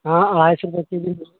ہاں اڑھائی سو روپئے کے جی